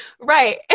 Right